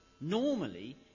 normally